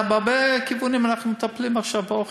בהרבה כיוונים אנחנו מטפלים עכשיו באוכל,